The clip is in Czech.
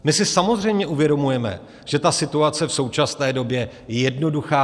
My si samozřejmě uvědomujeme, že situace v současné není jednoduchá.